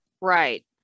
Right